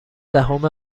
دهم